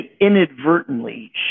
inadvertently